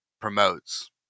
promotes